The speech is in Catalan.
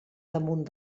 damunt